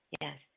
Yes